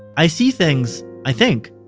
i see things, i think,